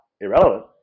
irrelevant